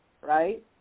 right